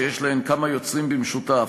שיש להן כמה יוצרים במשותף,